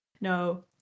No